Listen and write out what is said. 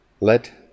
let